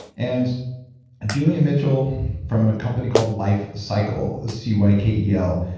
and julian mitchell from a company called life cykel, c y k e l.